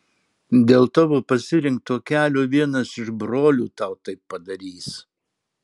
dėl tavo pasirinkto kelio vienas iš brolių tau taip padarys